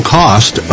cost